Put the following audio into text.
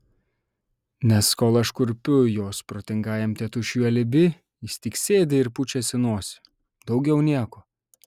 nes kol aš kurpiu jos protingajam tėtušiui alibi jis tik sėdi ir pučiasi nosį daugiau nieko